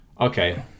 Okay